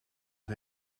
het